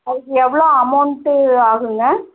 அதுக்கு எவ்வளோ அமௌன்ட்டு ஆகும்க